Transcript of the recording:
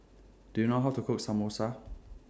Do YOU know How to Cook Samosa